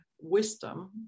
wisdom